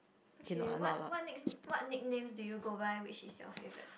okay what what next what nicknames do you go by which is your favourite